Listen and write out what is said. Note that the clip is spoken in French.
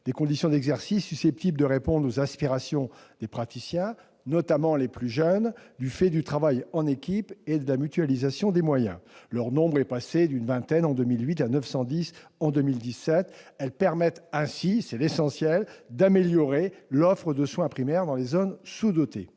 des conditions d'exercice susceptibles de répondre aux aspirations des praticiens, notamment les plus jeunes, du fait du travail en équipe et de la mutualisation des moyens. Leur nombre est passé d'une vingtaine en 2008 à 910 en 2017. Elles permettent ainsi, et c'est l'essentiel, d'améliorer l'offre de soins primaires dans les zones sous-dotées.